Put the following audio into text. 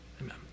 Amen